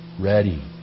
ready